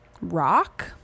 rock